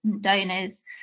donors